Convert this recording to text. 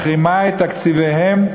מחרימה את תקציביהם,